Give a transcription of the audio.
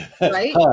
Right